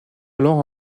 alors